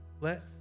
Let